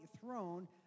throne